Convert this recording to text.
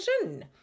vision